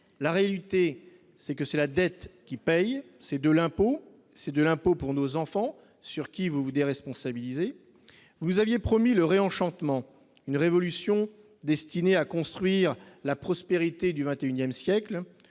la réalité c'est que c'est la dette qui paye, c'est de l'impôt, c'est de l'impôt pour nos enfants, sur qui vous vous déresponsabilisé, vous aviez promis le réenchantement une révolution destinée à construire la prospérité du XXIe siècle,